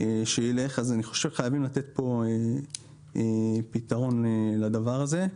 אני חושב שחייבים לתת כאן פתרון לדבר הזה.